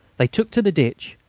they took to the ditch,